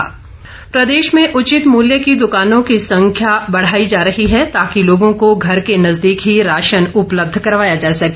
राजेंद्र गर्ग प्रदेश में उचित मूल्य की दुकानों की संख्या बढ़ाई जा रही है ताकि लोगों को घर के नजदीक ही राशन उपलब्ध करवाया जा सके